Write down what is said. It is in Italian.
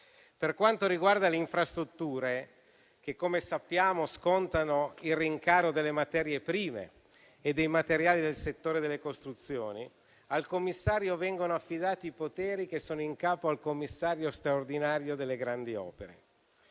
Per quanto riguarda le infrastrutture, che, come sappiamo, scontano il rincaro delle materie prime e dei materiali del settore delle costruzioni, al commissario vengono affidati i poteri che sono in capo al commissario straordinario delle grandi opere.